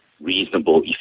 reasonable